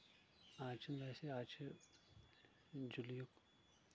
آز چھُ نہٕ اَسہِ آز چھُ جُلیُک